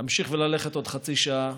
ולהמשיך וללכת עוד חצי שעה.